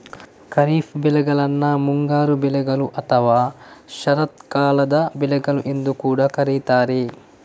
ಖಾರಿಫ್ ಬೆಳೆಗಳನ್ನ ಮುಂಗಾರು ಬೆಳೆಗಳು ಅಥವಾ ಶರತ್ಕಾಲದ ಬೆಳೆಗಳು ಎಂದು ಕೂಡಾ ಕರೀತಾರೆ